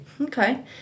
okay